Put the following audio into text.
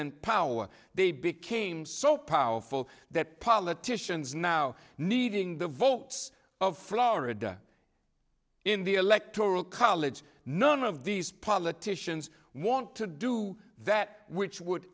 and power they became so powerful that politicians now needing the votes of florida in the electoral college none of these politicians want to do that which would